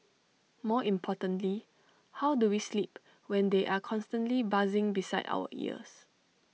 more importantly how do we sleep when they are constantly buzzing beside our ears